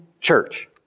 church